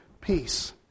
peace